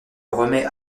remet